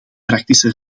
praktische